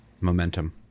momentum